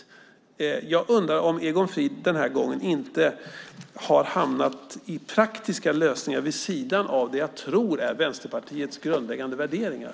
Jag undrar om inte Egon Frid den här gången har hamnat i praktiska lösningar vid sidan av det som jag tror är Vänsterpartiets grundläggande värderingar.